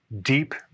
deep